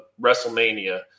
WrestleMania